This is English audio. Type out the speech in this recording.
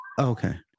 Okay